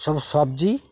ସବୁ ସବ୍ଜି